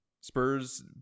Spurs